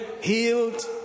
healed